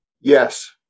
Yes